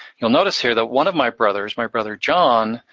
you'll notice here that one of my brothers, my brother john,